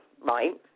right